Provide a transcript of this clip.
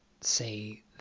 say